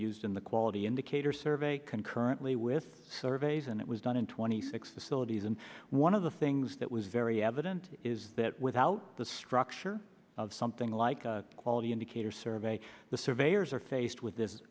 used in the quality indicator survey concurrently with surveys and it was done in twenty six the philippines and one of the things that was very evident is that without the structure of something like quality indicators survey the surveyors are faced with this